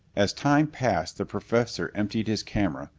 as time passed the professor emptied his camera,